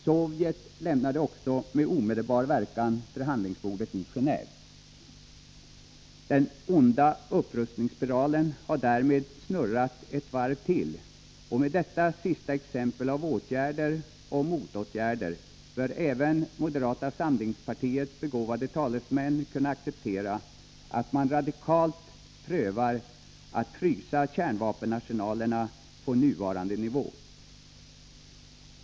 Sovjet lämnade också med omedelbar verkan förhandlingsbordet i Genéve. Den onda upprustningsspiralen har därmed snurrat ett varv till, och med detta sista exempel på åtgärder och motåtgärder bör även moderata samlingspartiets begåvade talesmän kunna acceptera att man radikalt prövar att frysa kärnvapenarsenalerna på nuvarande nivå.